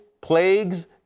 plagues